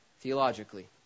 theologically